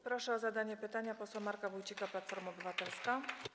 Proszę o zadanie pytania posła Marka Wójcika, Platforma Obywatelska.